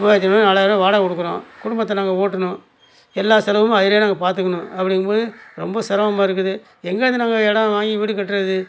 மூவாயிரத்தி ஐநூறுரூவா நாலாயிரூவா வாடகை கொடுக்குறோம் குடும்பத்தை நாங்கள் ஓட்டணும் எல்லா செலவும் அதுலேயே நாங்கள் பார்த்துக்குணும் அப்படிங்கும் போது ரொம்ப சிரமமா இருக்குது எங்கேயிருந்து நாங்கள் எடம் வாங்கி வீடு கட்டுறது